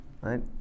right